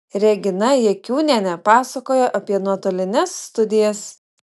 regina jakiūnienė pasakojo apie nuotolines studijas